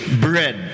bread